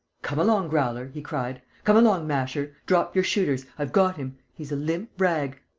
come along, growler! he cried. come along, masher! drop your shooters i've got him! he's a limp rag.